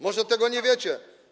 Może tego nie wiecie.